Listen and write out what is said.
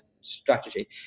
strategy